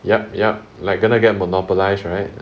yup yup like gonna get monopolize right